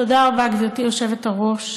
תודה רבה, גברתי היושבת-ראש.